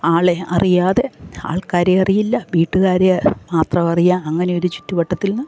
ആളെ അറിയാതെ ആൾക്കാരെ അറിയില്ല വീട്ടുകാരെ മാത്രം അറിയാം അങ്ങനെ ഒരു ചുറ്റുവട്ടത്തിൽ നിന്ന്